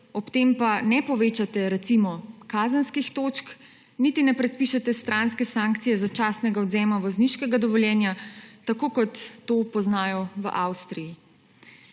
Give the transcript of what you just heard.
ob tem pa ne povečate, recimo, kazenskih točk, niti ne predpišete stranske sankcije začasnega odvzema vozniškega dovoljenja, tako kot to poznajo v Avstriji.